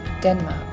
Denmark